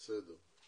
בסדר.